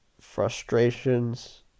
frustrations